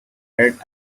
had